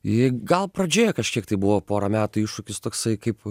ji gal pradžioje kažkiek tai buvo porą metų iššūkis toksai kaip